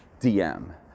DM